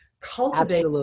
cultivate